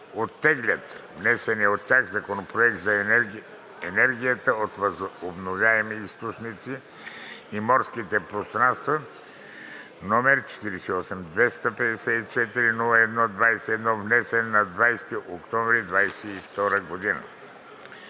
оттеглят внесения от тях Законопроект за енергията от възобновяеми източници в морските пространства, № 48-254-01-21, внесен на 20 октомври 2022 г.